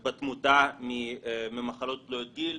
בסבל ובתמותה ממחלות תלויות גיל.